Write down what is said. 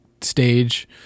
stage